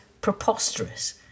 preposterous